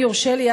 אם יורשה לי,